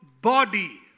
body